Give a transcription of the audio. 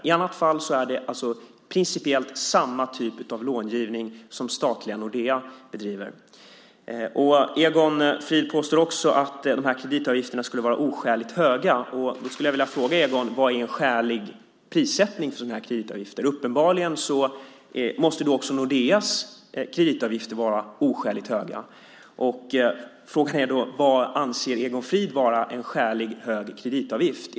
I annat fall är det principiellt samma typ av långivning som statliga Nordea bedriver. Egon Frid påstår också att kreditavgifterna skulle vara oskäligt höga. Jag skulle vilja fråga Egon: Vad är en skälig prissättning för den här typen av kreditavgifter? Uppenbarligen måste också Nordeas kreditavgifter vara oskäligt höga. Frågan är då: Vad anser Egon Frid är en skäligt hög kreditavgift?